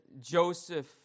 Joseph